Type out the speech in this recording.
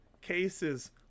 cases